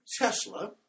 Tesla